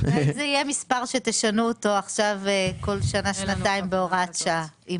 ואז זה יהיה מספר שתשנו אותו כל שנה-שנתיים בהוראת שעה.